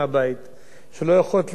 שלא יכול לצאת לטיול,